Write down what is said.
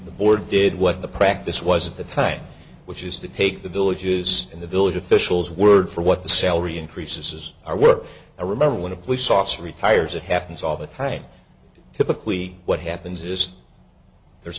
the board did what the practice was at the time which is to take the villages in the village officials word for what the salary increases are were i remember when a police officer retires it happens all the time typically what happens is there's